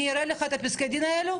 אני אראה לך את הפסקי דין האלו,